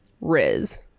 Riz